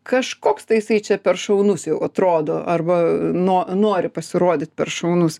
kažkoks tai jisai čia per šaunus jau atrodo arba no nori pasirodyt per šaunus